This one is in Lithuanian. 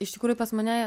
iš tikrųjų pas mane